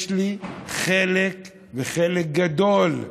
יש לי חלק, וחלק גדול,